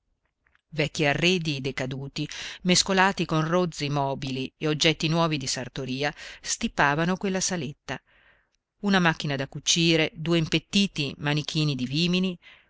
vecchi arredi decaduti mescolati con rozzi mobili e oggetti nuovi di sartoria stipavano quella saletta una macchina da cucire due impettiti manichini di vimini